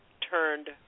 turned